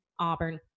auburn